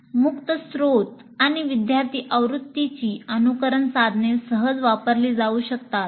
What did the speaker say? मुक्त स्रोत आणि विद्यार्थी आवृत्तीची अनुकरण साधने सहज वापरली जाऊ शकतात